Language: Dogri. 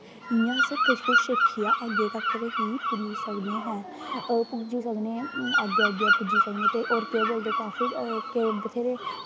इ'यां गै अस किश किश सिक्खियै गै अग्गें पुज्जी सकदे आं पुज्जी सकने अग्गें अग्गें पुज्जी सकने ते केह् बोलदे काफी बथ्हेरे